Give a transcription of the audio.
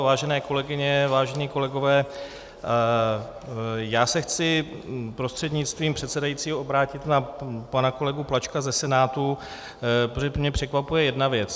Vážené kolegyně, vážení kolegové, já se chci prostřednictvím předsedajícího obrátit na pana kolegu Plačka ze Senátu, protože mě překvapuje jedna věc.